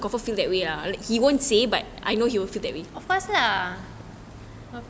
of course lah